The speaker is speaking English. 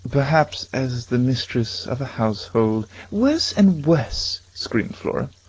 perhaps as the mistress of a household worse and worse! screamed flora.